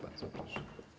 Bardzo proszę.